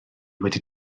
wedi